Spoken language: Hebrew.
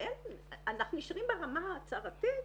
אנחנו נשארים ברמה ההצהרתית,